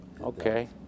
Okay